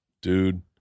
dude